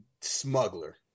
smuggler